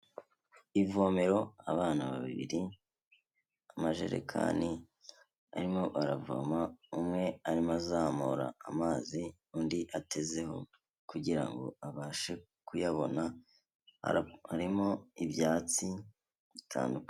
Ivomero abana babiri amajerekani barimo baravoma umwe arimo azamura amazi undi atezeho kugira ngo abashe kuyabona, harimo ibyatsi bitandukanye.